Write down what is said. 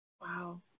Wow